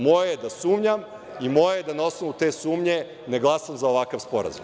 Moje je da sumnjam i moje je da na osnovu te sumnje ne glasam za ovakav sporazum.